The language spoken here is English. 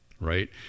right